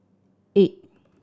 eight